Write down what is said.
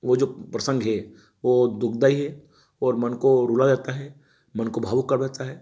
वह जो प्रसंग है वो दुखदाई है और मन को रूला जाता है मन को भावुक कर देता है इस प्रकार से